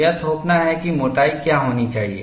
यह थोपना है कि मोटाई क्या होनी चाहिए